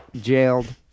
jailed